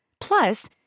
Plus